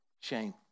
shame